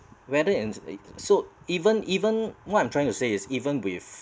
whether and eh so even even what I'm trying to say is even with